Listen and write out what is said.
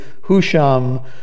Husham